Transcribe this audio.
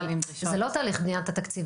אבל זה לא תהליך בניית התקציב,